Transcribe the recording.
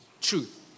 truth